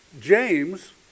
James